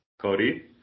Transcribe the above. Cody